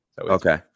Okay